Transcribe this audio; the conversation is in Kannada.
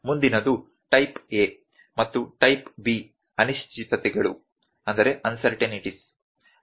ಮುಂದಿನದು ಟೈಪ್ A ಮತ್ತು ಟೈಪ್ B ಅನಿಶ್ಚಿತತೆಗಳು